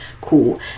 Cool